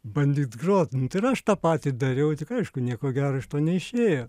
bandyt grot ir aš tą patį dariau tik aišku nieko gero iš to neišėjo